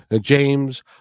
James